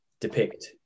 depict